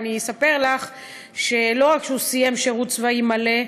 ואני אספר לך שלא רק שהוא סיים שירות צבאי מלא,